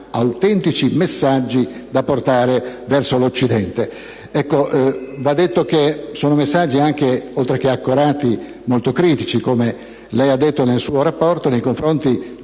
autentici messaggi da portare verso l'Occidente. Sono messaggi, oltre che accorati, molto critici, come lei ha detto nel suo rapporto, nei confronti